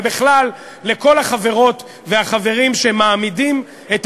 ובכלל לכל החברות והחברים שמעמידים את